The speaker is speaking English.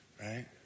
Right